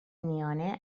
میانه